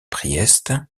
priest